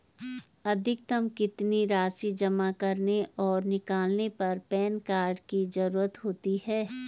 अधिकतम कितनी राशि जमा करने और निकालने पर पैन कार्ड की ज़रूरत होती है?